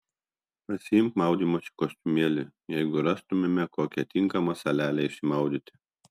pasiimk maudymosi kostiumėlį jeigu rastumėme kokią tinkamą salelę išsimaudyti